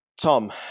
Tom